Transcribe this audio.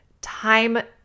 time